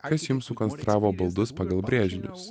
kas jums sukonstravo baldus pagal brėžinius